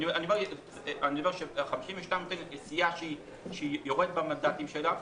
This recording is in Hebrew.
אני אומר ש-52 לסיעה שיורדת במנדטים שלה,